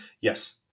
Yes